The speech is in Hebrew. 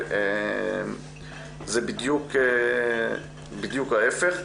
וזה בדיוק ההיפך.